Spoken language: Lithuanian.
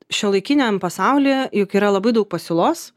šiuolaikiniam pasauly juk yra labai daug pasiūlos